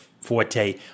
forte